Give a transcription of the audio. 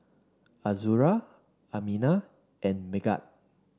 Azura Aminah and Megat